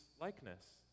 likeness